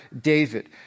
David